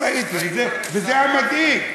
לא ראיתי, וזה המדאיג.